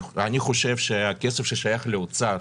אני חושב שהכסף ששייך לאוצר